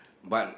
what